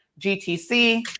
GTC